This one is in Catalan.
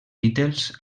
beatles